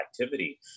activity